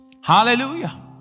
Hallelujah